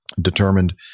determined